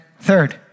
third